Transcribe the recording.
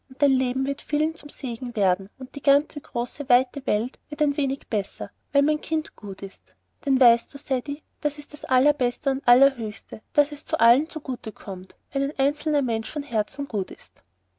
dein leben wird vielen zum segen werden und die ganze große weite welt wird ein wenig besser weil mein kind gut ist denn weißt du ceddie das ist das allerbeste und allerhöchste daß es allen zu gute kommt wenn ein einzelner mensch von herzen gut ist